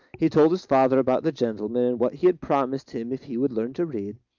he told his father about the gentleman, and what he had promised him if he would learn to read,